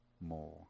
more